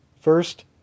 First